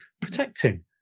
protecting